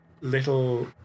little